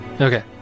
Okay